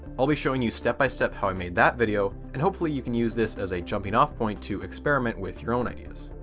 i'll be showing you step by step how i made that video, and hopefully you can use this as a jumping-off point to experiment with your own ideas.